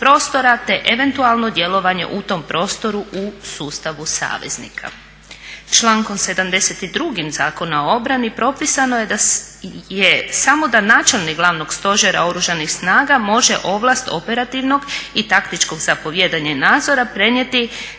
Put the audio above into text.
te eventualno djelovanje u tom prostoru u sustavu saveznika. Člankom 72. Zakona o obrani propisano je samo da načelnik Glavnog stožera Oružanih snaga može ovlast operativnog i taktičkog zapovijedanja i nadzora prenijeti